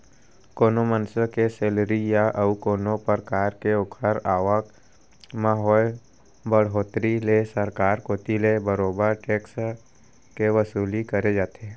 कोनो मनसे के सेलरी या अउ कोनो परकार के ओखर आवक म होय बड़होत्तरी ले सरकार कोती ले बरोबर टेक्स के वसूली करे जाथे